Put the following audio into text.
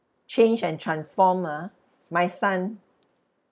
change and transform ah my son